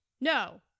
no